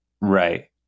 Right